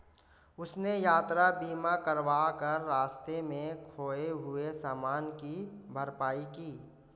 उसने यात्रा बीमा करवा कर रास्ते में खोए हुए सामान की भरपाई की